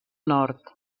nord